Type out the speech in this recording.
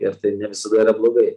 ir tai ne visada yra blogai